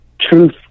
truth